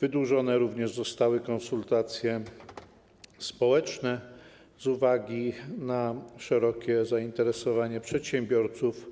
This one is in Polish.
Wydłużone również zostały konsultacje społeczne z uwagi na szerokie zainteresowanie przedsiębiorców